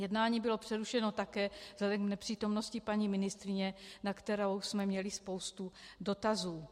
Jednání bylo přerušeno také vzhledem k nepřítomnosti paní ministryně, na kterou jsme měli spoustu dotazů.